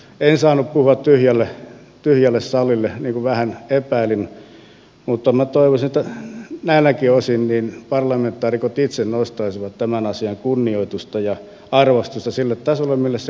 en saanut puhua tyhjälle salille niin kuin vähän epäilin mutta minä toivoisin että näiltäkin osin parlamentaarikot itse nostaisivat tämän asian kunnioitusta ja arvostusta sille tasolle mille se kuuluu